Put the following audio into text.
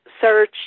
search